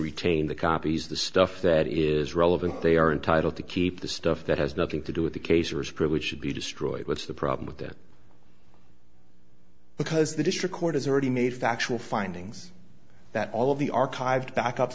retained the copies the stuff that is relevant they are entitled to keep the stuff that has nothing to do with the case or is privilege should be destroyed what's the problem with that because the district court has already made factual findings that all of the archived backup